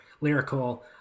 lyrical